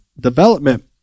development